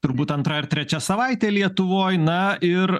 turbūt antra ar trečia savaitė lietuvoj na ir